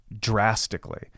drastically